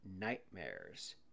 nightmares